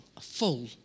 Full